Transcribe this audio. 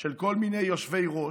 של כל מיני יושבי-ראש,